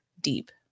deep